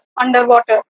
underwater